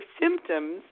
symptoms